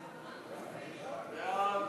סעיפים 1 15